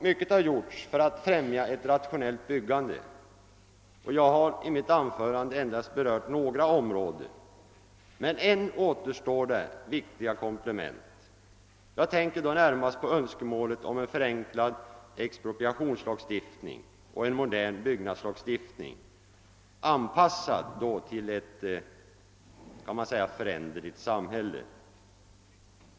Mycket har gjorts för att främja ett rationellt byggande, och jag har i mitt anförande endast berört några områden. Ännu återstår dock viktiga komplement. Jag tänker närmast på önskemålet om en förenklad expropriationslagstiftning och en modern byggnadslagstiftning, anpassad till ett föränderligt samhälle.